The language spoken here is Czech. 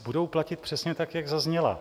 Budou platit přesně tak, jak zazněla.